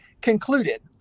concluded